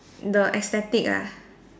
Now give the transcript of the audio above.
the aesthetic ah